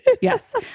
Yes